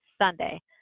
Sunday